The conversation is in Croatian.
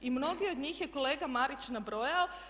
I mnoge od njih je kolega Marić nabrojao.